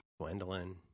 Gwendolyn